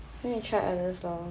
then you try other store